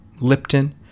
Lipton